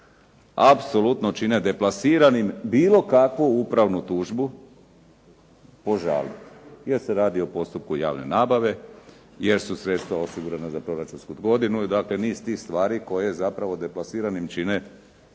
apsolutno čine deplasiranim bilo kakvu upravnu tužbu … /Govornik se ne razumije./ … jer se radi o postupku javne nabave, jer su sredstva osigurana za proračunsku godinu, dakle niz tih stvari koje zapravo deplasiranim čine